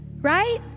right